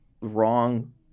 wrong